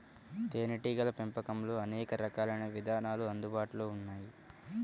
తేనీటీగల పెంపకంలో అనేక రకాలైన విధానాలు అందుబాటులో ఉన్నాయి